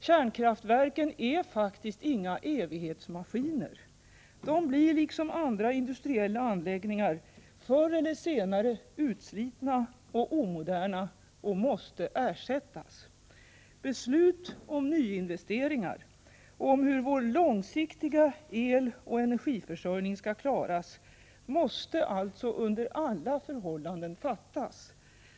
Kärnkraftverken är faktiskt inga evighetsmaskiner! De blir liksom andra industriella anläggningar förr eller senare utslitna och omoderna och måste ersättas. Beslut om nyinvesteringar och om hur vår långsiktiga eloch energiförsörjning skall klaras måste alltså under alla förhållanden fattas.